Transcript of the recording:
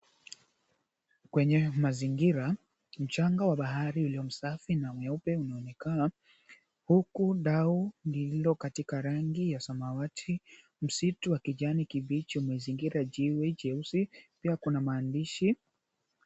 Kwenye mazingira mchanga wa bahari ulio msafi na mweupe unaonekana huku dau lililo katika rangi ya samawati, msitu wa kijani kibichi limezingira jiwe jeusi pia kuna maandishi.